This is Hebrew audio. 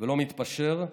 ולא מתפשר.